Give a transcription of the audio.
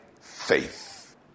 faith